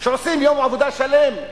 שעושים יום עבודה שלם.